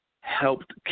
helped